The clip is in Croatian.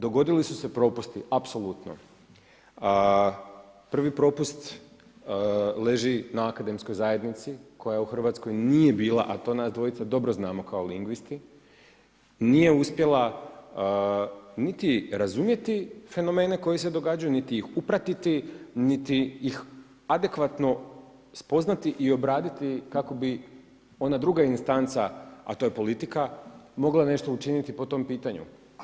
Dogodili su se propusti apsolutno, prvi propust leži na akademskoj zajednici koja u Hrvatskoj nije bila, a to nas dvojica dobro znamo kao lingvisti, nije uspjela niti razumjeti fenomene koji se događaju niti ih upratiti, niti ih adekvatno spoznati i obraditi kako bi ona druga instanca a to je politika, mogla nešto učiniti po tom pitanju.